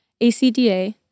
ACDA